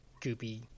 goopy